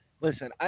Listen